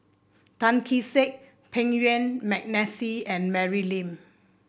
Tan Kee Sek Yuen Peng McNeice and Mary Lim